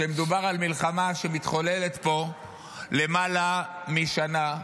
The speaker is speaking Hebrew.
כשמדובר על מלחמה שמתחוללת פה למעלה משנה,